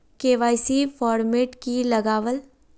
KYC format की लगावल?